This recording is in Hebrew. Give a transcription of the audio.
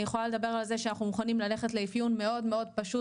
אני יכולה לדבר על זה שאנחנו מוכנים ללכת לאפיון מאוד מאוד פשוט